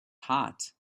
hot